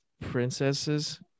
princesses